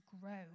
grow